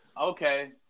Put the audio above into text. Okay